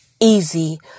easy